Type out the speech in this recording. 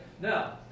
Now